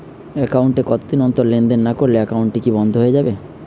Account এ কতদিন অন্তর লেনদেন না করলে একাউন্টটি কি বন্ধ হয়ে যাবে?